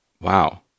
Wow